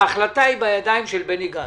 ההחלטה היא בידיים של בני גנץ.